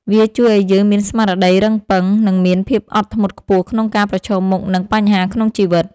វាជួយឱ្យយើងមានស្មារតីរឹងប៉ឹង និងមានភាពអត់ធ្មត់ខ្ពស់ក្នុងការប្រឈមមុខនឹងបញ្ហាក្នុងជីវិត។